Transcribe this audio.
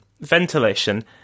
ventilation